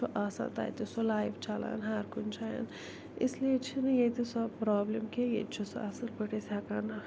چھُ آسان تَتہِ سُہ لایِو چَلان ہر کُنہِ جاین اِس لیے چھِنہٕ ییٚتہِ سۄ پرٛابلِم کیٚنٛہہ ییٚتہِ چھُ اصٕل پٲٹھۍ أسۍ ہٮ۪کان